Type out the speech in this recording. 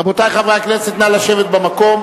רבותי חברי הכנסת, נא לשבת במקום,